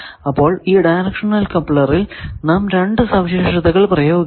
അപ്പോൾ ഈ ഡയറക്ഷണൽ കപ്ലറിൽ നാം 2 സവിശേഷതകൾ പ്രയോഗിച്ചു